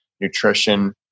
nutrition